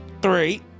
Three